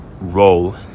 role